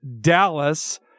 Dallas